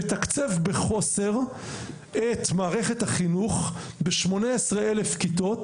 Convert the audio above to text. מתקצב בחוסר את מערכת החינוך ב-18 אלף כיתות,